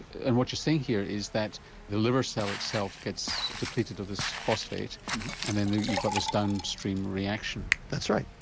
and what you're saying here is that the liver cell itself gets depleted of this phosphate and then you've got this downstream reaction. that's right.